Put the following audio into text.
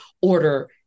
order